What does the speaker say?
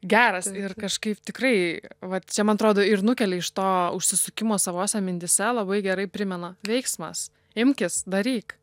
geras ir kažkaip tikrai vat čia man atrodo ir nukelia iš to užsisukimo savose mintyse labai gerai primena veiksmas imkis daryk